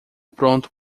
pronto